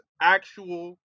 actual